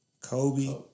Kobe